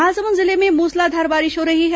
महासमुंद जिले में मूसलाधार बारिश हो रही है